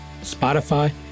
Spotify